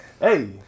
Hey